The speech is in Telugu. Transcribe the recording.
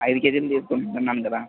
ఐదు కేజీలు తీసుకుంటున్నాను కదా